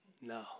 No